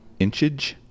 inchage